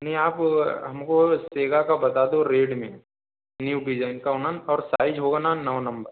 नहीं आप हमको सेगा का बता दो रेड में न्यू डिज़ाइन का होना और साइज़ होगा नौ नंबर